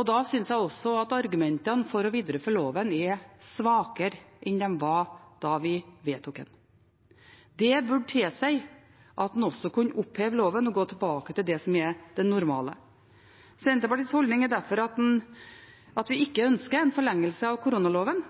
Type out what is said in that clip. Da synes jeg også at argumentene for å videreføre loven er svakere enn de var da vi vedtok den. Det burde tilsi at en kan oppheve loven og gå tilbake til det som er det normale. Senterpartiets holdning er derfor at vi ikke ønsker en forlengelse av koronaloven.